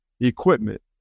equipment